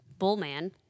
Bullman